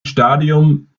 stadium